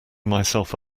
myself